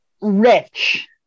Rich